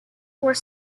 were